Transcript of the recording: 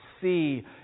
see